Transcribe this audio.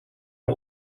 are